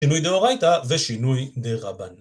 שינוי דאורייתא ושינוי דרבנן.